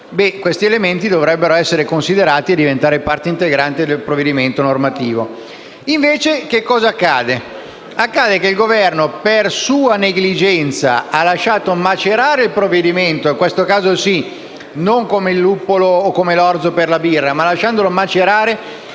questi dovrebbero essere considerati e diventare parte integrante del provvedimento normativo. Invece cosa accade? Accade che il Governo, per sua negligenza, ha lasciato macerare il provvedimento, non come il luppolo o l’orzo per la birra, ma per utilizzarlo